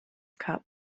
cup